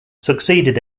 succeeded